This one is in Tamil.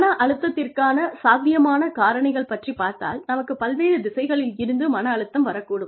மன அழுத்தத்திற்கான சாத்தியமான காரணிகள் பற்றி பார்த்தால் நமக்கு பல்வேறு திசைகளில் இருந்து மன அழுத்தம் வரக்கூடும்